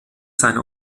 seine